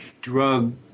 drug